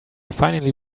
finally